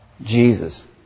Jesus